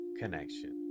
connection